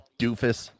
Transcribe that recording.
doofus